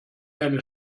eine